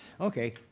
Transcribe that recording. Okay